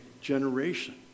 generation